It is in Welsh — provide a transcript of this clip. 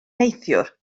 neithiwr